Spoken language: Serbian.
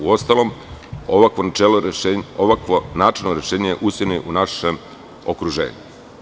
Uostalom, ovakvo načelno rešenje je u istinu našem okruženju.